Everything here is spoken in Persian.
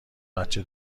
بچه